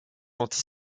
anti